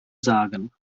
sagen